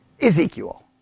Ezekiel